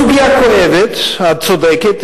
זאת סוגיה כואבת, את צודקת.